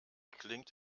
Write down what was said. klingt